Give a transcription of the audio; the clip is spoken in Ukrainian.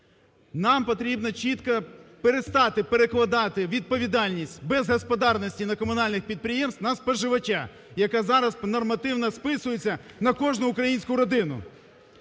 Нам потрібно чітко перестати перекладати відповідальність безгосподарності на комунальних підприємств на споживача, яке зараз нормативно списується на кожну українську родину.